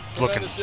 Looking